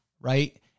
right